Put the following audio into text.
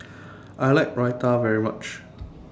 I like Raita very much